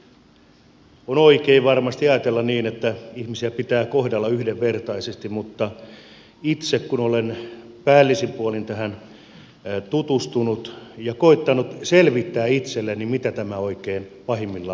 on oikein varmasti ajatella niin että ihmisiä pitää kohdella yhdenvertaisesti mutta itse olen päällisin puolin tähän tutustunut ja koettanut selvittää itselleni mitä tämä oikein pahimmillaan voi tarkoittaa